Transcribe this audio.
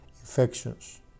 infections